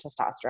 testosterone